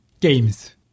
games